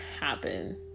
happen